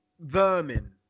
Vermin